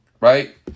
right